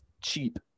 cheap